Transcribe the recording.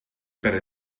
better